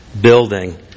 building